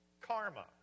Karma